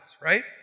right